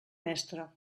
mestre